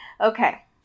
Okay